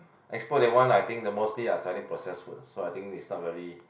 Expo that one I think the mostly are selling process food so I think is not very